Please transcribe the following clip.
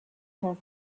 her